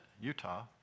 Utah